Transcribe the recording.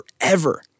forever